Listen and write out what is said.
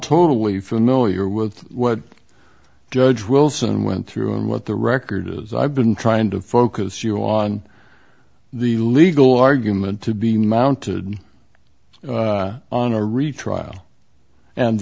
totally familiar with what judge wilson went through and what the record is i've been trying to focus you on the legal argument to be mounted on a retrial and